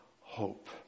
hope